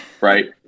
right